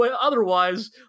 otherwise